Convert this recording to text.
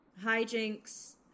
hijinks